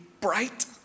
bright